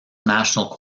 national